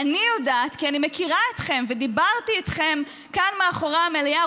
אני יודעת כי אני מכירה אתכם ודיברתי איתכם כאן מאחורי המליאה,